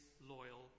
loyal